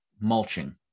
mulching